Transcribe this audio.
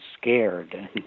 scared